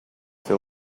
fer